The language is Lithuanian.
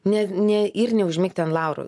ne ne ir neužmigti ant laurų